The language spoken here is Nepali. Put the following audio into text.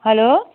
हेलो